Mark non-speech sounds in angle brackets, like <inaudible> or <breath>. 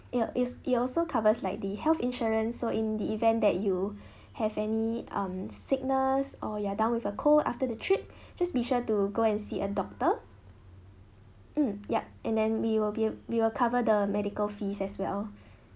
it'll it's it also covers like the health insurance so in the event that you <breath> have any um signals or you are down with a cold after the trip <breath> just be sure to go and see a doctor mm yup and then we will be we will cover the medical fees as well <breath>